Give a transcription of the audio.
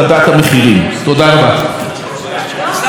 להגיד לך, תודה רבה.